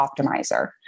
optimizer